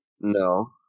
No